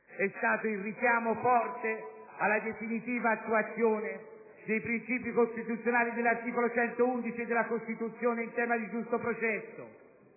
è stato il richiamo forte alla definitiva attuazione dei principi costituzionali dell'articolo 111 della Costituzione in tema di giusto processo.